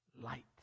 light